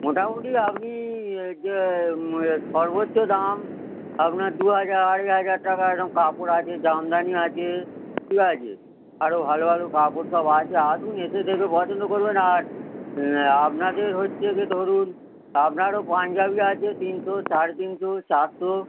মোটামুটি আপনি যে এ সর্বচ্চো দাম আপনার দু হাজার আড়াই হাজার টাকা এরম কাপড় আছে জামদানি আছে ঠিক আছে আরো ভালো ভালো কাপড় সব আছে আসুন এসে দেখে পছন্দ করবেন আর আপনাদের হচ্ছে গিয়ে ধরুন আপনারও পাঞ্জাবি আছে তিনশো সাড়ে তিনশো চারশো